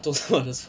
都是我的错